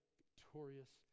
victorious